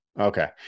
Okay